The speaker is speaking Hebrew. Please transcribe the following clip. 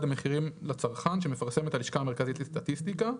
המחירים לצרכן שמפרסמת הלשכה המרכזית לסטטיסטיקה,